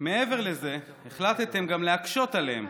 מעבר לזה, החלטתם גם להקשות עליהם,